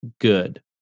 good